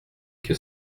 que